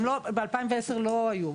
ב-2010 לא היו.